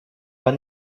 pas